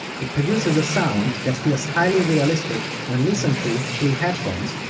it produces a sound that feels highly realistic when listened to through headphones,